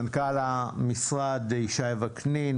מנכ"ל המשרד ישי וקנין,